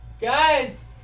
guys